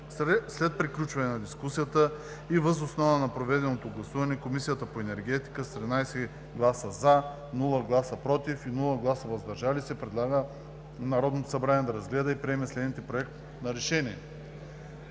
След приключване на дискусията и въз основа на проведеното гласуване Комисията по енергетика с 13 гласа „за“, без „против“ и „въздържал се“ предлага на Народното събрание да разгледа и приеме следния Проект на решение: